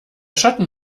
schatten